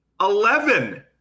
Eleven